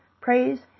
Praise